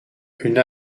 une